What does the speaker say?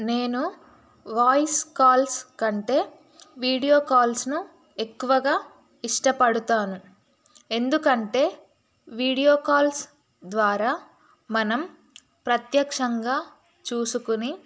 నేను voice calls కంటే video కాల్స్ను ఎక్కువగా ఇష్టపడతాను ఎందుకంటే వీడియో కాల్స్ ద్వారా మనం ప్రత్యక్షంగా చూసుకుని